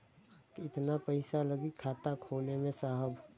कितना पइसा लागि खाता खोले में साहब?